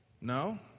no